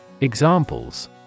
Examples